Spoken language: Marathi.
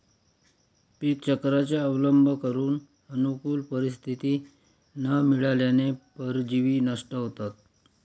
पीकचक्राचा अवलंब करून अनुकूल परिस्थिती न मिळाल्याने परजीवी नष्ट होतात